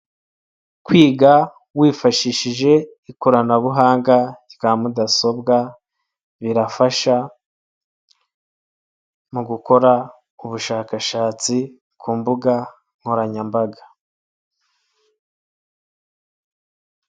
Kwiga wifashishije ikoranabuhanga rya mudasobwa birafasha, mu gukora ubushakashatsi ku mbuga nkoranyambaga.